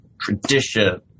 tradition